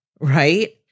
right